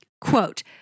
quote